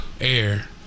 air